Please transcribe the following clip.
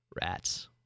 Rats